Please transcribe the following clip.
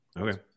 Okay